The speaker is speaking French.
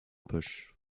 poche